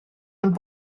ond